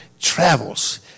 travels